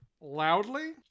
loudly